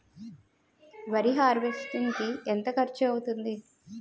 వరి హార్వెస్టింగ్ కి ఎంత ఖర్చు అవుతుంది?